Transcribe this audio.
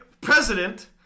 president